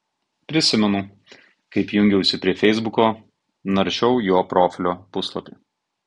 prisimenu kaip jungiausi prie feisbuko naršiau jo profilio puslapį